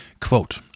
Quote